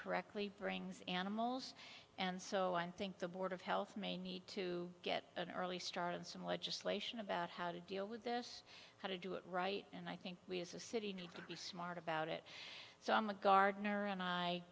correctly brings animals and so i think the board of health may need to get an early start and some legislation about how to deal with this how to do it right and i think we as a city need to be smart about it so i'm a gardener and i